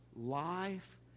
life